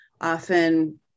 often